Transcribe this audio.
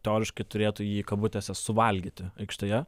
teoriškai turėtų jį kabutėse suvalgyti aikštėje